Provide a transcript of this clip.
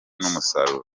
n’umusaruro